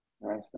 Nice